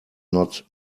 not